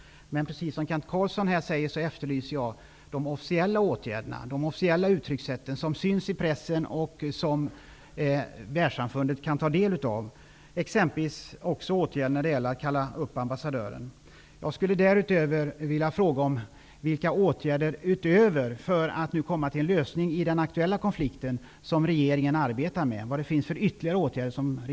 Men precis som Kent Carlsson efterlyser också jag officiella åtgärder och uttalanden som syns i pressen och som världssamfundet kan ta del av, t.ex. en sådan åtgärd som att kalla ambassadören till UD. Jag vill dessutom fråga vilka åtgärder därutöver som regeringen arbetar med för att bidra till en lösning av den aktuella konflikten. Vad kan regeringen vidta för ytterligare åtgärder?